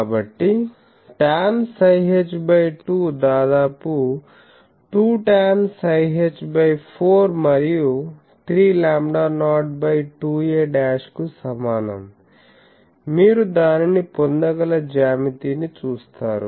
కాబట్టి tan ψh 2 దాదాపు 2 tan ψh 4 మరియు 3 లాంబ్డానాట్2a' కు సమానం మీరు దానిని పొందగల జ్యామితిని చూస్తారు